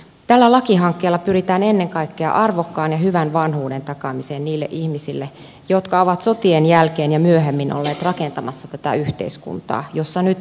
tällä lakihankkeella pyritään ennen kaikkea arvokkaan ja hyvän vanhuuden takaamiseen niille ihmisille jotka ovat sotien jälkeen ja myöhemmin olleet rakentamassa tätä yhteiskuntaa jossa nyt elämme